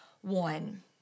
one